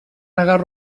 negar